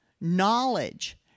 knowledge